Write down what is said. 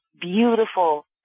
beautiful